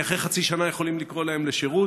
כי אחרי חצי שנה יכולים לקרוא להם לשירות.